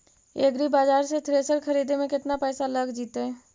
एग्रिबाजार से थ्रेसर खरिदे में केतना पैसा लग जितै?